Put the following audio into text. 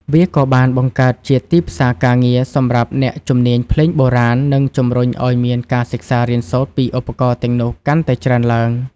វាក៏បានបង្កើតជាទីផ្សារការងារសម្រាប់អ្នកជំនាញភ្លេងបុរាណ និងជំរុញឱ្យមានការសិក្សារៀនសូត្រពីឧបករណ៍ទាំងនោះកាន់តែច្រើនឡើង។